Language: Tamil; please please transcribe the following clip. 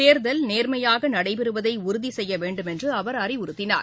தேர்தல் நேர்மயாக நடைபெறுவதை உறுதி செய்ய வேண்டும் என்று அவர் அறிவுறுத்தினார்